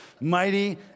Mighty